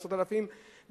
עשרות אלפים,